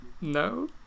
No